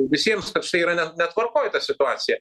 visiems kad štai yra netvarkoj ta situacija